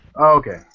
Okay